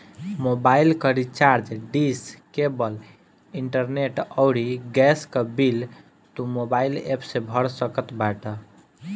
mobile कअ recharge, dish, cable, internet अउरी gas कअ बिल तू मोबाइल एप्प से भर सकत बाटअ